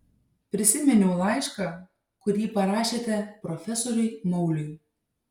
prisiminiau laišką kurį parašėte profesoriui mauliui